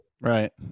Right